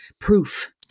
proof